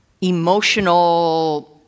emotional